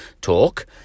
talk